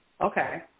Okay